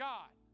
God